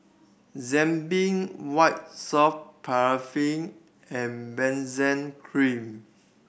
Zappy White Soft Paraffin and Benzac Cream